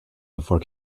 before